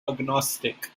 agnostic